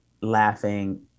laughing